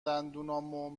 دندونامو